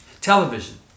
Television